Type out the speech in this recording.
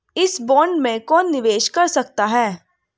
इस बॉन्ड में कौन निवेश कर सकता है?